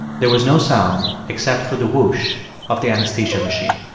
there was no sound except for the whoosh of the anesthesia machine